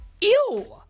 Ew